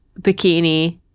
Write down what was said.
bikini